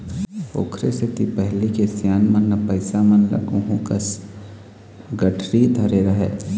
ओखरे सेती पहिली के सियान मन ह पइसा मन ल गुहूँ कस गठरी धरे रहय